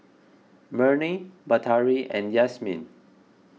Murni Batari and Yasmin